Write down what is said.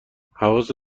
حواست